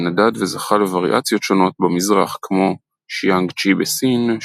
שנדד וזכה לווריאציות שונות במזרח כמו שיאנג-צ'י בסין,